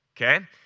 okay